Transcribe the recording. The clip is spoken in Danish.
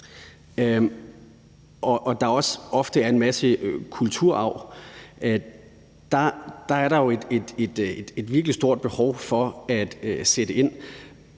hvor der også ofte er en masse kulturarv, er der jo et virkelig stort behov for at sætte ind.